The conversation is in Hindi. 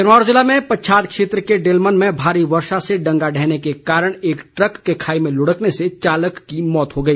सिरमौर जिले में पच्छाद क्षेत्र के डिलमन में भारी वर्षा से डंगा ढहने के कारण एक ट्रक के खाई में लुढ़कने से चालक की मौत हो गई